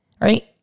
right